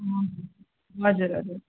हजुर हजुर हजुर